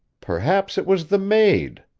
perhaps it was the maid,